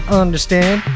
understand